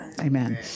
Amen